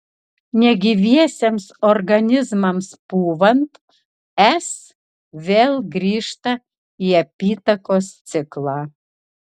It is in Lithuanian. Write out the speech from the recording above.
negyviesiems organizmams pūvant s vėl grįžta į apytakos ciklą